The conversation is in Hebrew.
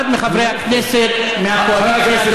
אחד מחברי הכנסת מהקואליציה,